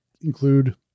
include